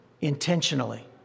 intentionally